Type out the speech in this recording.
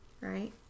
right